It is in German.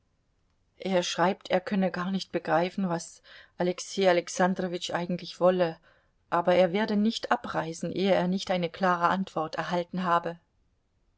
er schreibt er könne gar nicht begreifen was alexei alexandrowitsch eigentlich wolle aber er werde nicht abreisen ehe er nicht eine klare antwort erhalten habe